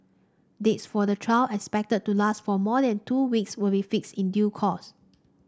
dates for the trial expected to last for more than two weeks will be fixed in due course